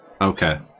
Okay